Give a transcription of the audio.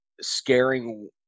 scaring